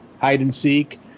hide-and-seek